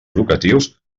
educatius